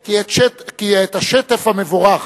כי את השטף המבורך